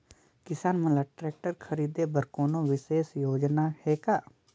किसान मन ल ट्रैक्टर खरीदे बर कोनो विशेष योजना हे का?